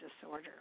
disorder